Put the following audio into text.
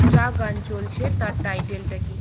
যা গান চলছে তার টাইটেলটা কী